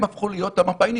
הם הפכו להיות המפ"אניקים,